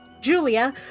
Julia